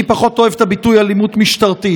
אני פחות אוהב את הביטוי "אלימות משטרתית"